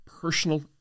personal